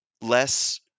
less